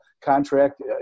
contract